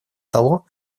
того